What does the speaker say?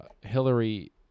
Hillary